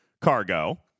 cargo